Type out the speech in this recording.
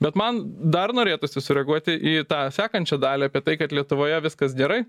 bet man dar norėtųsi sureaguoti į tą sakančią dalį apie tai kad lietuvoje viskas gerai